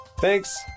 Thanks